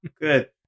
good